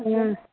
ம்